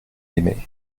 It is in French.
aimé